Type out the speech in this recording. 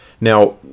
Now